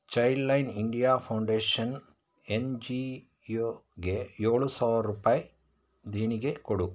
Childline India Foundation ಎನ್ ಜಿ ಯೋಗೆ ಏಳು ಸಾವಿರ ರೂಪಾಯಿ ದೇಣಿಗೆ ಕೊಡು